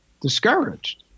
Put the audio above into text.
discouraged